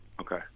Okay